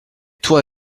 toi